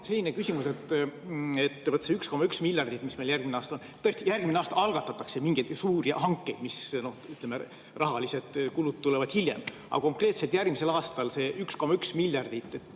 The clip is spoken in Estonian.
selline küsimus. Vot see 1,1 miljardit, mis meil järgmisel aastal on. Tõesti, järgmine aasta algatatakse mingeid suuri hankeid, ütleme, rahalised kulud tulevad hiljem. Aga konkreetselt järgmisel aastal see 1,1 miljardit,